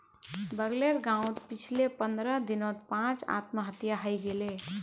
बगलेर गांउत पिछले पंद्रह दिनत पांच आत्महत्या हइ गेले